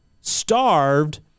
starved